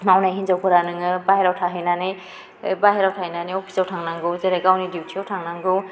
मावनाय हिन्जावफोरा नोङो बाइहेरायाव थाहैनानै बाइहेरायाव थाहैनानै अफिस आव थानांगौ जेरै गावनि दिउथि आव थांनांगौ